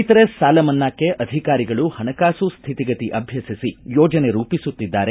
ರೈತರ ಸಾಲ ಮನ್ನಾಕ್ಷೆ ಅಧಿಕಾರಿಗಳು ಹಣಕಾಸು ಸ್ಹಿತಿಗತಿ ಅಭ್ಯಸಿಸಿ ಯೋಜನೆ ರೂಪಿಸುತ್ತಿದ್ದಾರೆ